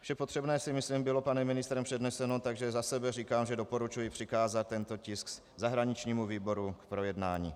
Vše potřebné myslím bylo panem ministrem předneseno, takže za sebe říkám, že doporučuji přikázat tento tisk zahraničnímu výboru k projednání.